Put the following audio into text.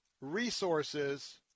resources